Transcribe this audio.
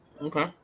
Okay